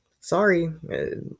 Sorry